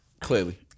clearly